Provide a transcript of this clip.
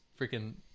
freaking